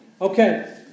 Okay